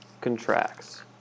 contracts